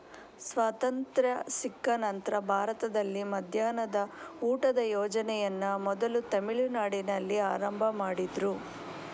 ಸ್ವಾತಂತ್ರ್ಯ ಸಿಕ್ಕ ನಂತ್ರ ಭಾರತದಲ್ಲಿ ಮಧ್ಯಾಹ್ನದ ಊಟದ ಯೋಜನೆಯನ್ನ ಮೊದಲು ತಮಿಳುನಾಡಿನಲ್ಲಿ ಆರಂಭ ಮಾಡಿದ್ರು